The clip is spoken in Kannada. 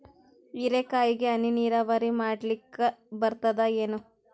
ಹೀರೆಕಾಯಿಗೆ ಹನಿ ನೀರಾವರಿ ಮಾಡ್ಲಿಕ್ ಬರ್ತದ ಏನು?